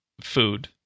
food